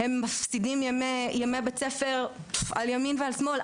הם מפסידים ימי בית ספר על ימין ועל שמאל,